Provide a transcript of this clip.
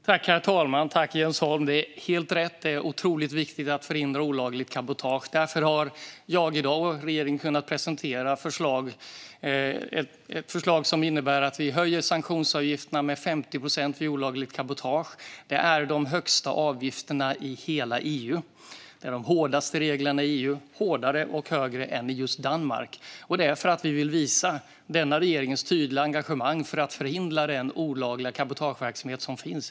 Herr talman! Tack, Jens Holm! Det är helt rätt. Det är otroligt viktigt att förhindra olagligt cabotage. Därför har jag och regeringen i dag kunnat presentera ett förslag som innebär att vi höjer sanktionsavgifterna med 50 procent vid olagligt cabotage. Det är de högsta avgifterna i hela EU. Det är de hårdaste reglerna i EU. Reglerna är hårdare och avgifterna är högre än i just Danmark. Det är för att vi vill visa denna regerings tydliga engagemang för att förhindra den olagliga cabotageverksamhet som finns.